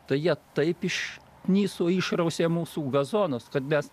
tai jie taip iškniso išrausė mūsų gazonus kad mes